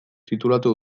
titulatu